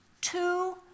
two